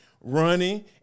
running